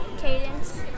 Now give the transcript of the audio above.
Cadence